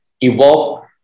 evolve